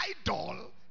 idol